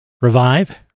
Revive